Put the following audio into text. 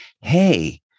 hey